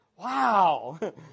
Wow